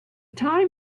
time